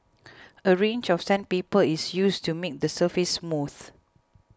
a range of sandpaper is used to make the surface smooth